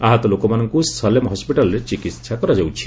ଆହତ ଲୋକମାନଙ୍କୁ ସଲେମ୍ ହସ୍କିଟାଲ୍ରେ ଚିକିତ୍ସା କରାଯାଉଛି